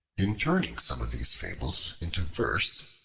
in turning some of these fables into verse,